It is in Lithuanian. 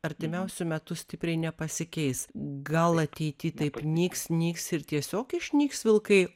artimiausiu metu stipriai nepasikeis gal ateity taip nyks nyks ir tiesiog išnyks vilkai